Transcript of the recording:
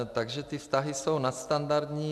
Takže ty vztahy jsou nadstandardní.